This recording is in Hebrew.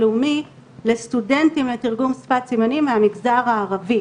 לאומי לסטודנטים לתרגום שפת סימנים מהמגזר הערבי.